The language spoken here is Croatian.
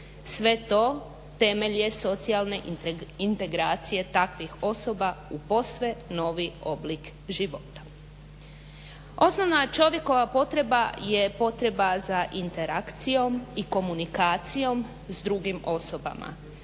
Sve to temelj je socijalne integracije takvih osoba u posve novi oblik života. Osnovna čovjekova potreba je potreba za interakcijom i komunikacijom s drugim osobama.